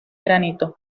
granito